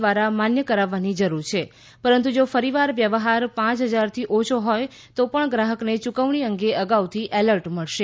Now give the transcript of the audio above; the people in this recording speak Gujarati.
દ્વારા માન્ય કરાવવાની જરૂર છે પરંતુ જો ફરીવાર વ્યવહાર કરે તે પાંચ હજારથી ઓછો હોય તો પણ ગ્રાહકને ચૂકવણી અંગે અગાઉથી એલર્ટ મળશે